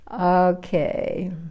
Okay